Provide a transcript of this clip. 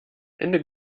ende